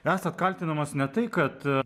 esat kaltinamas ne tai kad